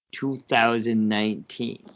2019